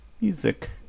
Music